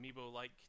amiibo-like